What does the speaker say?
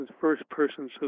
first-person